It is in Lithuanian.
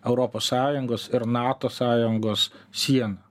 europos sąjungos ir nato sąjungos siena